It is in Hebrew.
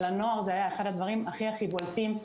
אבל הנוער זה היה אחד הדברים הכי בולטים.